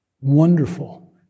wonderful